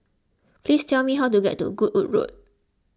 please tell me how to get to Goodwood Road